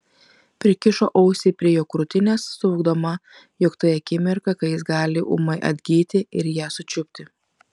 prikišo ausį prie jo krūtinės suvokdama jog tai akimirka kai jis gali ūmai atgyti ir ją sučiupti